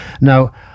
Now